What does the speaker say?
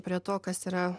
prie to kas yra